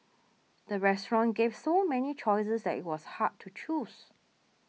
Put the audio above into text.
the restaurant gave so many choices that it was hard to choose